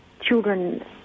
children